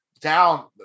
down